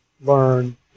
learn